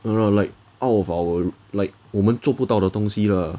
you know like all of our like 我们做不到的东西 lah